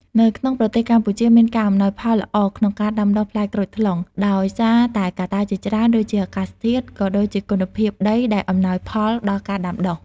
នៅក្នុងប្រទេសកម្ពុជាមានការអំណោយផលល្អក្នុងការដាំដុះផ្លែក្រូចថ្លុង ដោយសារតែកត្តាជាច្រើនដូចជាអាកាសធាតុ ក៏ដូចជាគុណភាពដីដែលអំណោយផលដល់ការដាំដុះ។